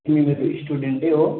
तिमी मेरो स्टुडेन्ट हो